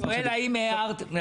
אני שואל האם הערתם.